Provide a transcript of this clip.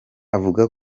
avuga